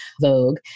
vogue